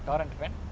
toran fan